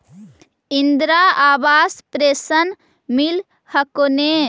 Indira Awas pension मिल हको ने?